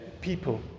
people